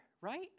right